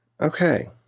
okay